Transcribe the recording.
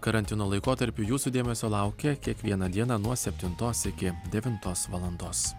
karantino laikotarpiui jūsų dėmesio laukia kiekvieną dieną nuo septintos iki devintos valandos